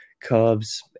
Cubs